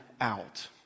out